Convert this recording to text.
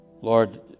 Lord